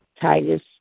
Titus